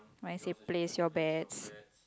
my said place your bets